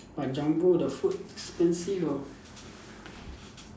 but Jumbo the food expensive ah